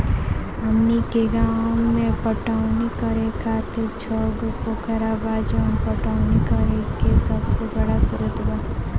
हमनी के गाँव में पटवनी करे खातिर छव गो पोखरा बा जवन पटवनी करे के सबसे बड़ा स्रोत बा